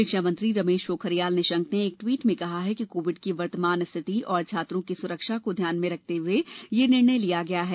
शिक्षा मंत्री रमेश पोखरियाल निशंक ने एक ट्वीट में कहा कि कोविड की वर्तमान रिथति और छात्रों की सुरक्षा को ध्यान में रखते हुए निर्णय लिया गया है